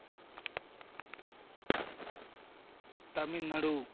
Tamil Nadu